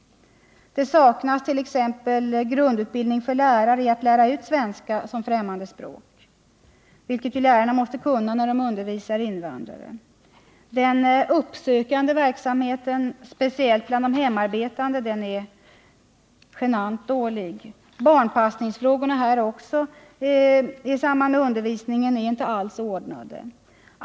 Det saknas t.ex. grundutbildning för lärare i att lära ut svenska som främmande språk, vilket de ju måste kunna när de undervisar invandrare. Den uppsökande verksamheten, speciellt bland de hemarbetande, är vidare genant dålig. Inte heller i det här sammanhanget är barnpassningsproblemen i samband med undervisningen lösta.